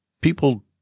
people